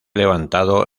levantado